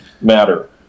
matter